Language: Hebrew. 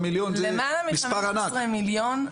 למעלה מ- 15 מיליון,